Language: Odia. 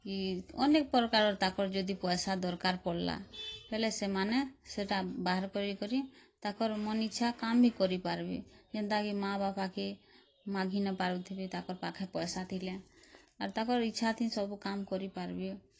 କି ଅନେକ୍ ପ୍ରକାର୍ର ତାଙ୍କର ଯଦି ଦର୍କାର୍ ପଡ୍ଲା ବଏଲେ ସେମାନେ ସେଟା ବାହାର୍ କରି କରି ତାକର୍ ମନ୍ ଇଚ୍ଛା କାମ୍ କରି ପାର୍ବେ ଯେନ୍ତା କି ମା' ବାପାକେ ମାଗି ନେ ପାରୁଥିବେ ତାକର୍ ପାଖେ ପଏସା ଥିଲେ ଆର୍ ତାକର୍ ଇଛାଥି ସବୁ କାମ୍ କରି ପାର୍ବେ